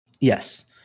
yes